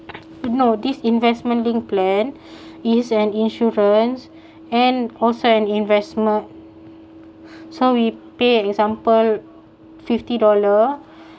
no this investment linked plan is an insurance and also an investment so we pay at example fifty dollar